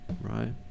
right